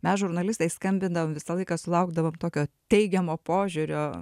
mes žurnalistai skambindavom visą laiką sulaukdavom tokio teigiamo požiūrio